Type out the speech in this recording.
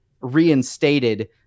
reinstated